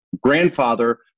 grandfather